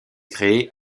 créée